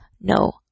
no